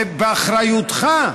שבאחריותך,